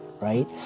right